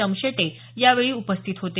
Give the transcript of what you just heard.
तमशेटे यावेळी उपस्थित होते